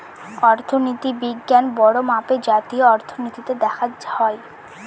অর্থনীতি বিজ্ঞান বড়ো মাপে জাতীয় অর্থনীতিতে দেখা হয়